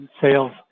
sales